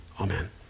Amen